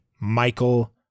Michael